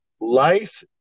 life